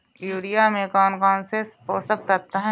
Urea में कौन कौन से पोषक तत्व है?